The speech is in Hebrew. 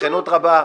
בכנות רבה,